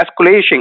escalation